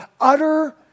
utter